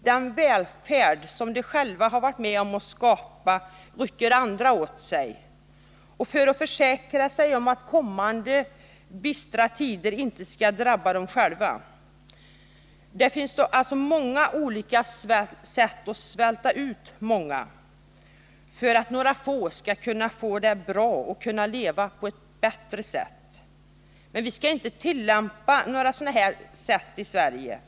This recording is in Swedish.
Den välfärd som de själva har varit med om att skapa rycker andra åt sig för att försäkra sig om att kommande bistra tider inte skall drabba dem. Det finns flera olika sätt att svälta ut många för att några få skall kunna leva på ett bättre sätt. Vi skall inte tillämpa sådana metoder i Sverige.